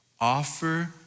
offer